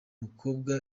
mukobwa